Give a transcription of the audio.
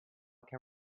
can